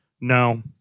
No